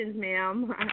ma'am